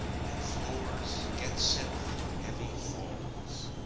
you floors, get set for heavy falls!